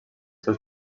seus